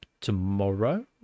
tomorrow